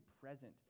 present